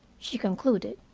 she concluded.